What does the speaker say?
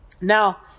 Now